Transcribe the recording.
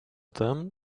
them